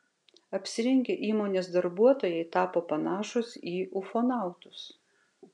apsirengę įmonės darbuotojai tapo panašūs į ufonautus